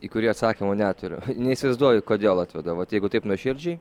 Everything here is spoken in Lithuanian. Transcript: į kurį atsakymo neturiu neįsivaizduoju kodėl atveda vat jeigu taip nuoširdžiai